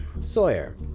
Sawyer